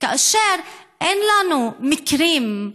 כאשר אין לנו מקרים,